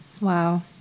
Wow